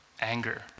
anger